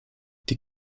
die